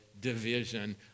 division